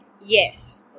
yes